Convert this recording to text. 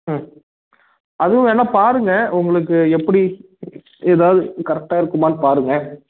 ம் அதுவும் வேணா பாருங்கள் உங்களுக்கு எப்படி ஏதாவது கரெக்டா இருக்குமான்னு பாருங்கள்